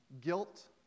guilt